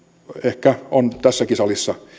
ehkä tässäkin salissa